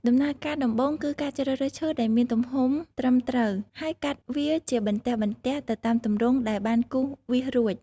ដំណើរការដំបូងគឺការជ្រើសរើសឈើដែលមានទំហំត្រឹមត្រូវ ហើយកាត់វាជាបន្ទះៗទៅតាមទម្រង់ដែលបានគូសវាសរួច។